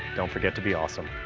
don't forget to be awesome.